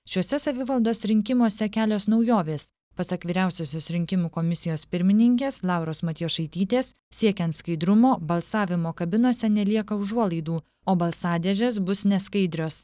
šiuose savivaldos rinkimuose kelios naujovės pasak vyriausiosios rinkimų komisijos pirmininkės lauros matjošaitytės siekiant skaidrumo balsavimo kabinose nelieka užuolaidų o balsadėžės bus neskaidrios